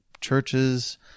churches